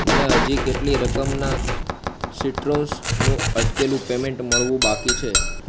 મને હજી કેટલી રકમના સીટ્રોસનું અટકેલું પેમેંટ મળવું બાકી છે